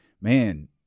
man